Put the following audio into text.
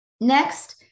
Next